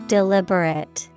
Deliberate